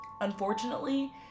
Unfortunately